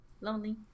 lonely